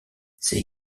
ces